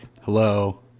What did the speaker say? Hello